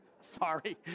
Sorry